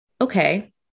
Okay